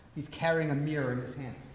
he's carrying a mirror in his hand.